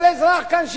כל אזרח כאן שייזהר.